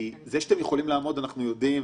זה שאתם יכולים לעמוד אנחנו יודעים.